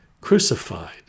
crucified